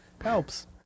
Helps